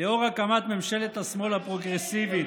לאור הקמת ממשלת השמאל הפרוגרסיבית,